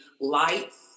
lights